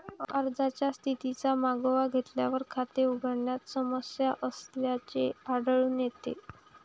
अर्जाच्या स्थितीचा मागोवा घेतल्यावर, खाते उघडण्यात समस्या असल्याचे आढळून येते